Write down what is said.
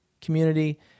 community